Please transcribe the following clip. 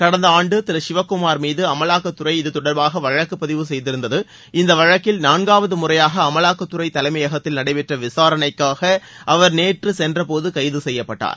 கடந்த ஆண்டு திரு சிவக்குமார்மீது அமலாக்கத்துறை இதுதொடர்பாக வழக்கு பதிவு செய்திருந்தது இந்த வழக்கில் நான்காவது முறையாக அமலாக்கத்துறை தலைமையத்தில் நடைபெற்ற விசாரணைக்காக அவர் நேற்று சென்றபோது கைது செய்யப்பட்டார்